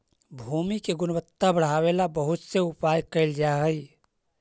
भूमि के गुणवत्ता बढ़ावे ला बहुत से उपाय कैल जा हई